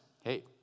hey